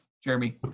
Jeremy